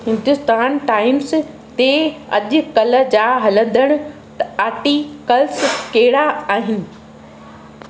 Hindustan Times ते अॼुकल्ह जा हलंदड़ आर्टिकल्स कहिड़ा आहिनि